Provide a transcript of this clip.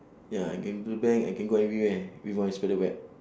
ya I can go to the bank I can go everywhere with my spider web